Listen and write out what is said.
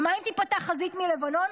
ומה אם תיפתח חזית מלבנון?